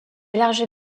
larges